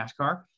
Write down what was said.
NASCAR